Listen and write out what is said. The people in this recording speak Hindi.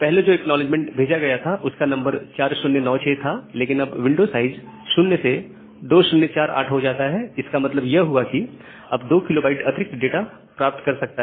पहले जो एक्नॉलेजमेंट भेजा गया था उसका नंबर 4096 था लेकिन अब विंडो साइज 0 से 2048 हो जाता है इसका मतलब यह हुआ कि यह अब 2 KB अतिरिक्त डेटा प्राप्त कर सकता है